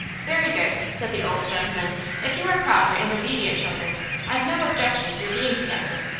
very good, said the old gentleman if you are proper and obedient children i've no objection to your being together.